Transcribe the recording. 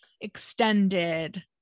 extended